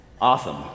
Awesome